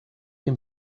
him